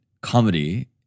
comedy